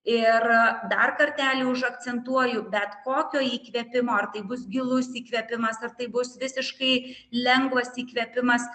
ir dar kartelį užakcentuoju bet kokio įkvėpimo ar tai bus gilus įkvėpimas ar tai bus visiškai lengvas įkvėpimas